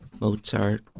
Mozart